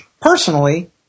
personally